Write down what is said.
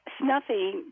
Snuffy